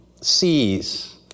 sees